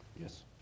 yes